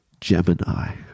Gemini